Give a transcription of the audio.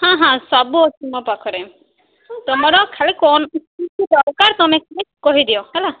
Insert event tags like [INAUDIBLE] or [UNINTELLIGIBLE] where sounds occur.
ହଁ ହଁ ସବୁ ଅଛି ମୋ ପାଖରେ ତୁମର ଖାଲି କ'ଣ [UNINTELLIGIBLE] ଦରକାର ତୁମେ ଖାଲି କହିଦିଏ ହେଲା